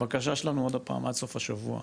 הבקשה שלנו עוד הפעם, עד סוף השבוע,